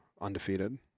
undefeated